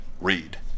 read